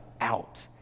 out